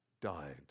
died